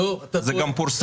זה גם פורסם.